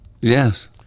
Yes